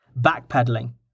backpedaling